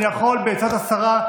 בעצת השרה,